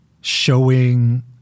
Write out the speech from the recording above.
showing